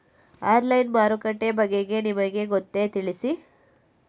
Online ಮಾರುಕಟ್ಟೆ ಬಗೆಗೆ ನಿಮಗೆ ಗೊತ್ತೇ? ತಿಳಿಸಿ?